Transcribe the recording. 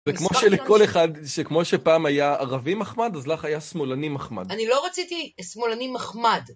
זה כמו שלכל אחד, שכמו שפעם היה ערבי מחמד, אז לך היה שמאלני מחמד. אני לא רציתי שמאלני מחמד.